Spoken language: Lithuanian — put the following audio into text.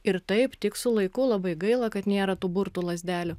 ir taip tik su laiku labai gaila kad nėra tų burtų lazdelių